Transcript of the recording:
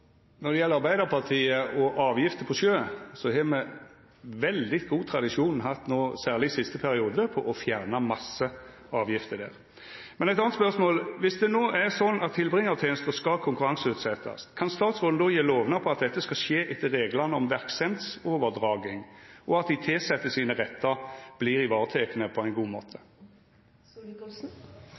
Når det gjeld Arbeidarpartiet og avgifter på sjø, har me no, særleg i siste periode, hatt veldig god tradisjon for å fjerna masse avgifter der. Men eit anna spørsmål er: Dersom det no er sånn at tilbringartenesta skal konkurranseutsetjast, kan statsråden då gje lovnad om at dette skal skje etter reglane om verksemdsoverdraging, og at dei tilsette sine rettar vert varetekne på ein god